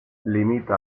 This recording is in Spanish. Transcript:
limita